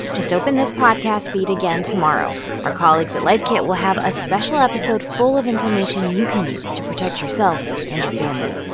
just open this podcast feed again tomorrow. our colleagues at life kit will have a special episode full of information you can use to protect yourself and your family